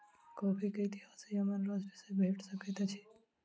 coffee के इतिहास Yemen राष्ट्र सॅ भेट सकैत अछि